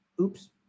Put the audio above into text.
oops